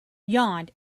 yawned